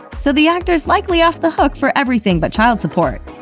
so the actor's likely off the hook for everything but child support.